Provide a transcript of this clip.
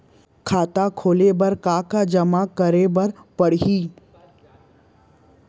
खाता खोले बर का का जेमा करे बर पढ़इया ही?